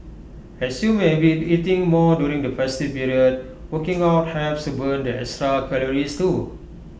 as you may be eating more during the festive period working out helps to burn the extra calories too